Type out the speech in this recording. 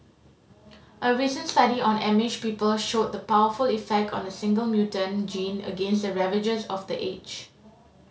a recent study on Amish people showed the powerful effect on a single mutant gene against the ravages of the age